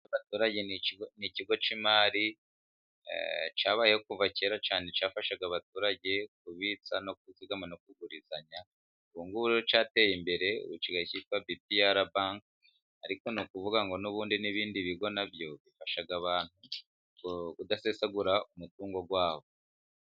...ni ikigo cy'imari cyabaye kuva kera cyane. Cyafashaga abaturage kubitsa no kuzigama no kugurizanya. Ubu ngubu cyateye imbere, ubu gisigaye cyitwa bipiyara banki, ariko ni ukuvuga ngo n'ubundi n'ibindi bigo na byo bifasha abantu kudasesagura umutungo wabo.